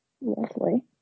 lovely